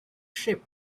ship